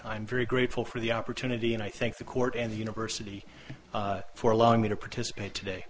i'm very grateful for the opportunity and i thank the court and the university for allowing me to participate today